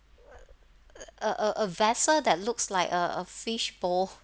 a a a vessel that looks like a a fishbowl